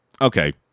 okay